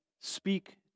speak